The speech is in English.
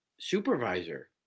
supervisor